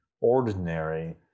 ordinary